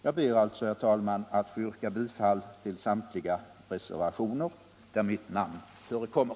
Jag ber alltså, herr talman, att få yrka bifall till samtliga reservationer där mitt namn förekommer.